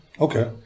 Okay